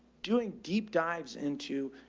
doing deep dives into,